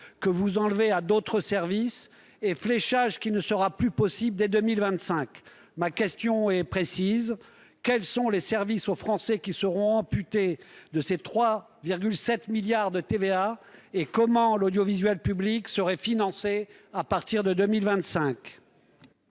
que vous retirez à d'autres services et un fléchage qui ne sera plus possible dès 2025. Mes questions sont précises : quels sont les services aux Français qui seront amputés de ces 3,7 milliards d'euros de TVA ? Comment l'audiovisuel public sera-t-il financé à partir de 2025 ?